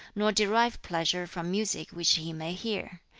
nor derive pleasure from music which he may hear.